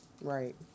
right